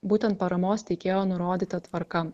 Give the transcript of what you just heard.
būtent paramos teikėjo nurodyta tvarka